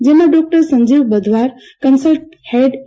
જેમાં doctor Sanjeev Badhwar consultant head ઈ